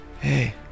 Hey